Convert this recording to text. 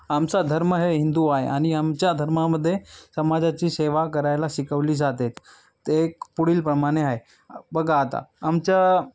आमचा धर्म हे हिंदू आ आहे आणि आमच्या धर्मामध्ये समाजाची सेवा करायला शिकवली जाते ते एक पुढील प्रमाणे आहे बघा आता आमच्या